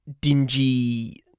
dingy